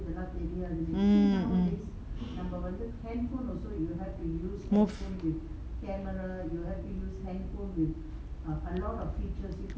mm mm move